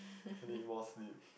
I need more sleep